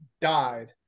died